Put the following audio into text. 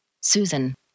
Susan